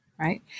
right